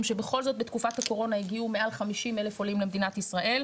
שבכל זאת בתקופת הקורונה הגיעו מעל 50,000 עולים למדינת ישראל.